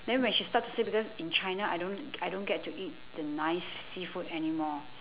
then when she start to say because in china I don't g~ I don't get to eat the nice s~ seafood anymore